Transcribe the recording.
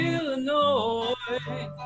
Illinois